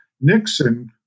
Nixon